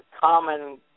common